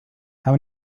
how